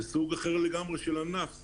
זה סוג אחר לגמרי של ענף,